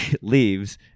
leaves